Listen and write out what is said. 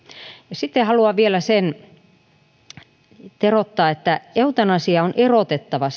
sitten haluan vielä sitä teroittaa että eutanasia on erotettava